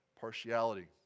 partiality